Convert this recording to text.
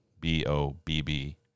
B-O-B-B